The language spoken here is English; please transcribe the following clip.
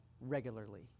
regularly